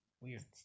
Weird